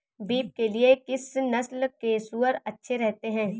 Beef के लिए किस नस्ल के सूअर अच्छे रहते हैं?